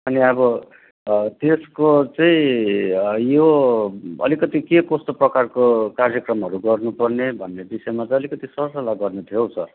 अनि अब त्यसको चाहिँ यो अलिकति के कस्तो प्रकारको कार्यक्रमहरू गर्नुपर्ने भन्ने विषयमा चाहिँ अलिकति सर सल्लाह गर्नु थियो हौ सर